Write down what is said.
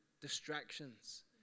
distractions